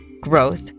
growth